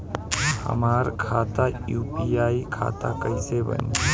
हमार खाता यू.पी.आई खाता कइसे बनी?